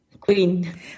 Queen